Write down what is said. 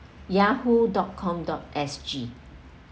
yahoo dot com dot S_G